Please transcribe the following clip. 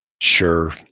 Sure